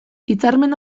hitzarmen